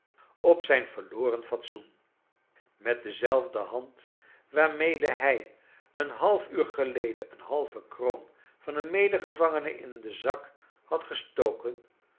op zijn verioren fatsoen met dezelfde hand waarmede hij een haf uur geleden een halve kroon van een medegevangene in den zak had gestoken